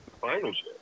finals